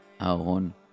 Aaron